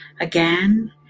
Again